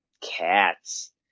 Cats